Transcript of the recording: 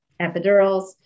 epidurals